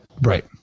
Right